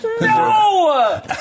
No